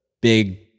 big